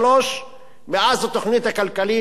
מאז התוכנית הכלכלית המפורסמת.